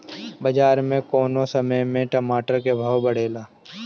बाजार मे कौना समय मे टमाटर के भाव बढ़ेले?